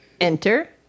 Enter